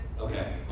Okay